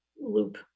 loop